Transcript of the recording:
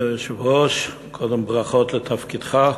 אדוני היושב-ראש, קודם ברכות על תפקידך.